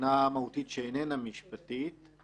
מבחינה מהותית שאיננה משפטית,